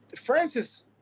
Francis